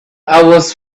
hours